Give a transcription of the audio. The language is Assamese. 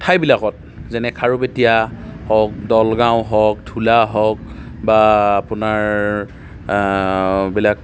ঠাইবিলাকত যেনে খাৰুপেটীয়া হওক দলগাঁও হওক ধূলা হওক বা আপোনাৰ এইবিলাক